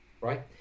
Right